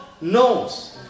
knows